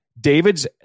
David's